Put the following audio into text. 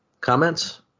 Comments